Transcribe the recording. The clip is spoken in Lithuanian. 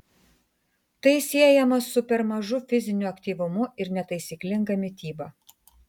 tai siejama su per mažu fiziniu aktyvumu ir netaisyklinga mityba